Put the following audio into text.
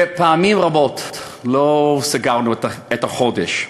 ופעמים רבות לא סגרנו את החודש.